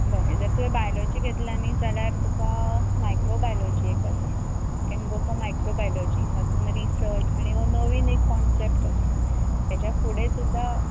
बरें जर तुंवें बायलॉजी घेतलां न्ही जाल्यार तुका मायक्रो बायलॉजी एक आसा you can go for microbiology तातून रिसर्च आनी ओ नवीन एक कॉन्सॅप्ट आसा तेज्या फुडें सुद्दा